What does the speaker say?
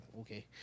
okay